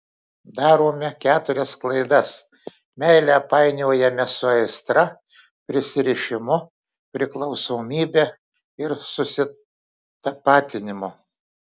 darome keturias klaidas meilę painiojame su aistra prisirišimu priklausomybe ir susitapatinimu